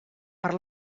per